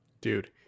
Dude